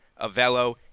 Avello